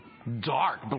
dark